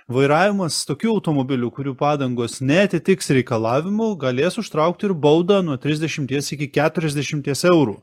vairavimas tokių automobilių kurių padangos neatitiks reikalavimų galės užtraukti ir baudą nuo trisdešimties iki keturiasdešimties eurų